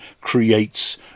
creates